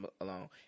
alone